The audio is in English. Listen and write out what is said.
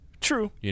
True